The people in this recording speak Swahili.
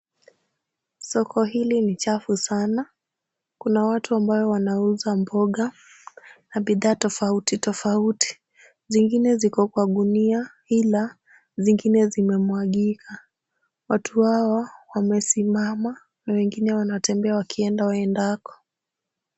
Soko hili ni chafu sana. Kuna watu ambayo wanauza mboga na bidhaa tofauti tofauti. Zingine ziko kwa gunia ila zingine zimemwagika. Watu hawa wamesimama na wengine wanatembea wakienda waendako.